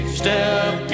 step